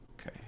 Okay